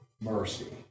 mercy